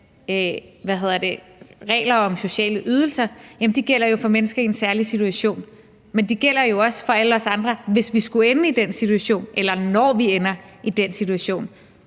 regler om sociale ydelser gælder for mennesker i en særlig situation, men de gælder jo også for alle os andre, hvis vi skulle ende i den situation, eller når vi ender i den situation,